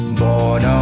born